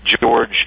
George